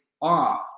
off